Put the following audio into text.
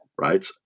right